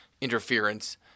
interference